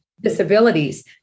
disabilities